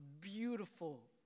beautiful